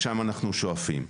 לשם אנחנו שואפים.